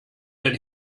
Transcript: denn